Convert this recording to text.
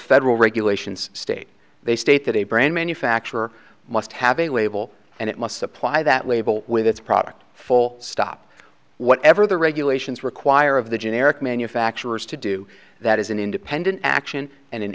federal regulations state they state that a brand manufacturer must have a label and it must supply that label with its product full stop whatever the regulations require of the generic manufacturers to do that is an independent action and an